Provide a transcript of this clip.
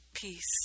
peace